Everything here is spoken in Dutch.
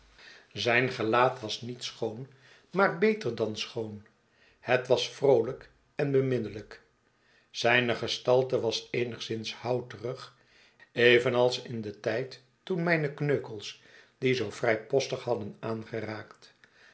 zijn gelaat was niet schoon maar beter dan schoon het was vroolljk en beminnelijk zijne gestalte was eenigszins houterig evenals in den tijd toen mijne kneukels die zoo vrijpostig hadden aangeraakt